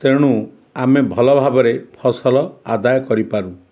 ତେଣୁ ଆମେ ଭଲ ଭାବରେ ଫସଲ ଆଦାୟ କରିପାରୁ